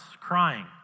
crying